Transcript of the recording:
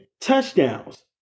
touchdowns